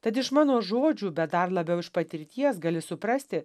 tad iš mano žodžių bet dar labiau iš patirties gali suprasti